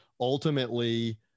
ultimately –